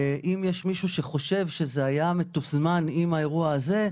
ואם יש מישהו שחושב שזה היה מתוזמן עם האירוע הזה,